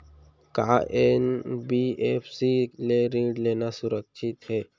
का एन.बी.एफ.सी ले ऋण लेना सुरक्षित हे?